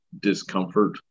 discomfort